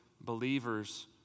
believers